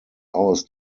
aus